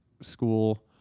school